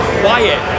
quiet